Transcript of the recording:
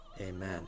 Amen